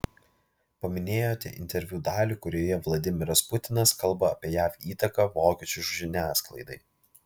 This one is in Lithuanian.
paminėjote interviu dalį kurioje vladimiras putinas kalba apie jav įtaką vokiečių žiniasklaidai